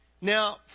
Now